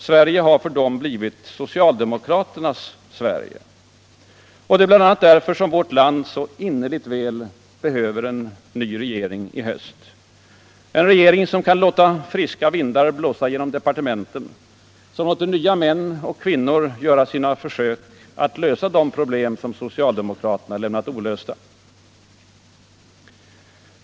Sverige har för dem blivit socialdemokraternas Sverige. Det är bl.a. därför som vårt land så innerligt väl behöver en ny regering i höst. En regering som kan låta friska vindar blåsa genom departementen, som låter nya män och kvinnor göra sina försök att lösa de problem som socialdemokraterna lämnat olösta.